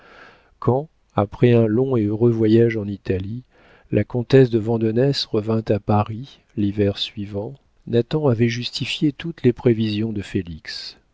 quand après un long et heureux voyage en italie la comtesse de vandenesse revint à paris l'hiver suivant nathan avait justifié toutes les prévisions de félix